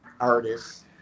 artists